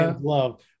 love